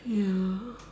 ya